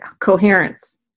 coherence